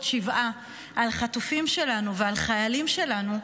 שבעה על חטופים שלנו ועל חיילים שלנו,